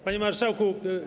Panie Marszałku!